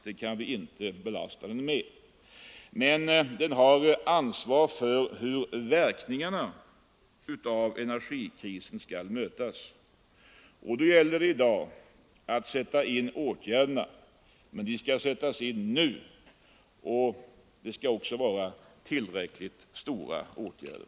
Det kan vi inte belasta den med. Men den har ansvar för hur verkningarna av energikrisen skall mötas. Därför gäller det i dag att sätta in åtgärderna, men de skall sättas in nu och det skall också vara tillräckligt stora åtgärder.